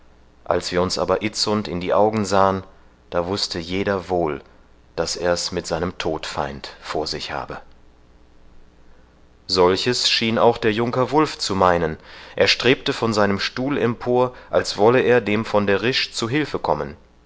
als wir uns aber itzund in die augen sahen da wußte jeder wohl daß er's mit seinem todfeind vor sich habe solches schien auch der junker wulf zu meinen er strebte von seinem stuhl empor als wolle er dem von der risch zu hülfe kommen